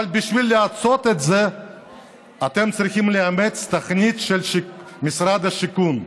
אבל בשביל לעשות את זה אתם צריכים לאמץ תוכנית של משרד השיכון,